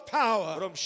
power